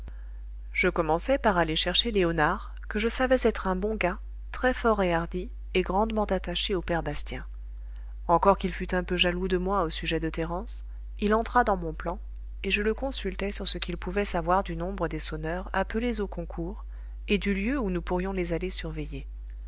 je commençai par aller chercher léonard que je savais être un bon gars très fort et hardi et grandement attaché au père bastien encore qu'il fût un peu jaloux de moi au sujet de thérence il entra dans mon plan et je le consultai sur ce qu'il pouvait savoir du nombre des sonneurs appelés au concours et du lieu où nous pourrions les aller surveiller